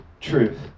truth